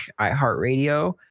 iHeartRadio